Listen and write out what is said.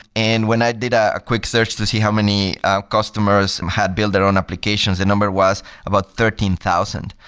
and when i did ah a quick search to see how many customers had built their own applications, the number was about thirteen thousand.